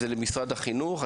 זה למשרד החינוך,